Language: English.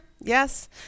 Yes